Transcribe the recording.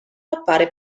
appare